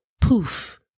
poof